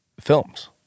films